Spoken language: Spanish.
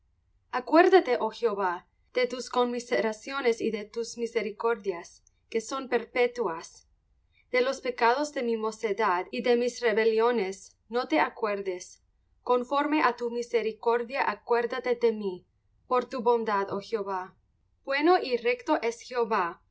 acuérdate oh jehová de tus conmiseraciones y de tus misericordias que son perpetuas de los pecados de mi mocedad y de mis rebeliones no te acuerdes conforme á tu misericordia acuérdate de mí por tu bondad oh jehová bueno y recto es jehová